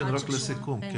לסיכום.